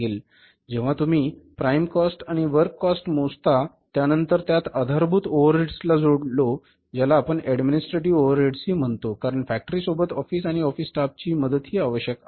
जेव्हा तुम्ही prime cost आणि वर्क कॉस्ट मोजता त्यानंतर त्यात आधारभूत ओव्हरहेडस ला जोडतो ज्याला आपण ऍडमिनीस्ट्रेटिव्ह ओव्हरहेडस हि म्हणतो कारण फॅक्टरी सोबत ऑफिस आणि ऑफिस स्टाफ ची मदत हि आवश्यक आहे